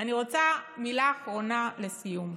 אני רוצה מילה אחרונה לסיום.